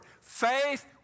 Faith